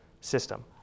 system